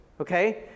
Okay